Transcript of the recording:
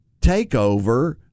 takeover